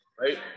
right